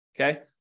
Okay